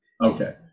Okay